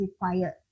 required